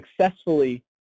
successfully